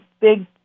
big